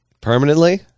Permanently